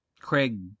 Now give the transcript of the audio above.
Craig